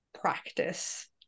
practice